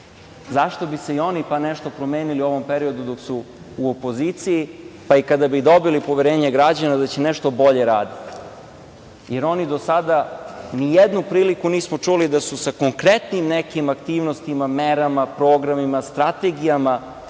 Zašto bi se i oni nešto promenili u ovom periodu dok su u opoziciji, pa i kada bi dobili poverenje građana da će nešto bolje raditi? Jer, do sada nijednom prilikom nismo čuli da su oni sa konkretnim nekim aktivnostima, merama, programima, strategijama